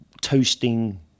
toasting